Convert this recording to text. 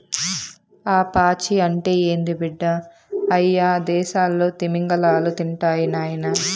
ఆ పాచి అంటే ఏంది బిడ్డ, అయ్యదేసాల్లో తిమింగలాలు తింటాయి నాయనా